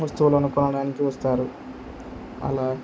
వస్తువులను కొనడానికి చూస్తారు అలా